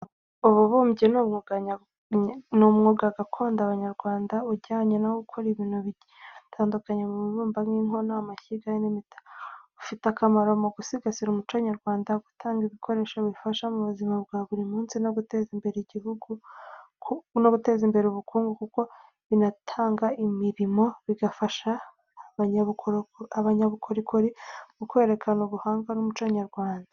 Ububumbyi ni umwuga gakondo w’Abanyarwanda ujyanye no gukora ibintu bigiye bitandukanye mu ibumba, nk’inkono, amashyiga, n’imitako. Ufite akamaro mu gusigasira umuco nyarwanda, gutanga ibikoresho bifasha mu buzima bwa buri munsi, no guteza imbere ubukungu kuko binatanga imirimo, bigafasha abanyabukorikori mu kwerekana ubuhanga n’umuco nyarwanda.